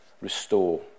restore